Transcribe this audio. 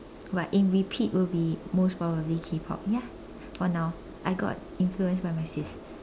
but in repeat will be most probably K-pop ya for now I got influenced by my sis